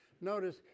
Notice